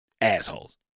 assholes